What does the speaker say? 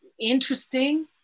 interesting